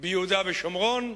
ביהודה ושומרון,